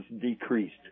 decreased